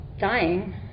dying